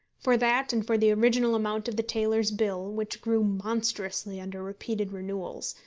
for that and for the original amount of the tailor's bill, which grew monstrously under repeated renewals,